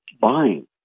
buying